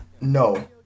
No